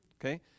Okay